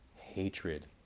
hatred